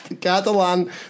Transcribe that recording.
Catalan